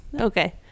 Okay